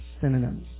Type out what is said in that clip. Synonyms